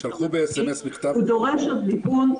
הוא דורש עוד ליבון.